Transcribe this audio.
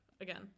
again